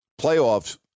playoffs